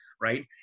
right